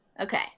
Okay